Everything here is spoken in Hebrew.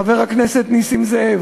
חבר הכנסת נסים זאב,